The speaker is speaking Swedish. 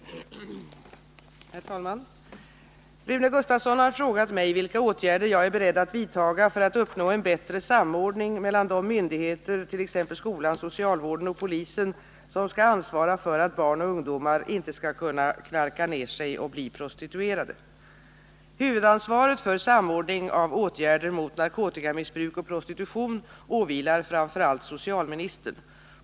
Herr talman! Rune Gustavsson har frågat mig vilka åtgärder jag är beredd att vidtaga för att uppnå en bättre samordning mellan de myndigheter —t.ex. skolan, socialvården och polisen — som skall ansvara för att barn och ungdomar inte skall kunna knarka ner sig och bli prostituerade. Huvudansvaret för samordning av åtgärder mot narkotikamissbruk och prostitution åvilar framför allt socialministern.